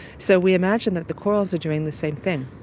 so we imagine that the corals are doing the same thing.